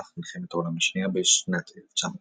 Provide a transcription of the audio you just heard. במהלך מלחמת העולם השנייה בשנת 1940